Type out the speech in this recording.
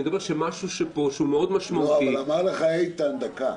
אלא על משהו מאוד משמעותי --- יעקב אשר (יו"ר ועדת החוקה,